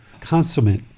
consummate